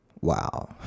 Wow